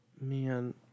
Man